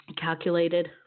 calculated